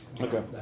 Okay